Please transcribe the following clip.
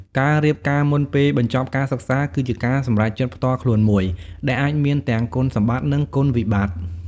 ការរៀបការមុនពេលបញ្ចប់ការសិក្សាគឺជាការសម្រេចចិត្តផ្ទាល់ខ្លួនមួយ ដែលអាចមានទាំងគុណសម្បត្តិ និងគុណវិបត្តិ។